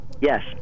Yes